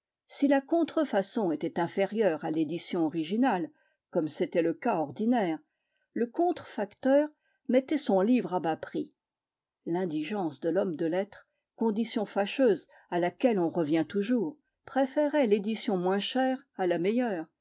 si la contrefaçon était inférieure à l'édition originale comme c'était le cas ordinaire le contrefacteur mettait son livre à bas prix l'indigence de l'homme de lettres condition fâcheuse à laquelle on revient toujours préférait l'édition moins chère à la meilleure